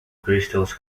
crystals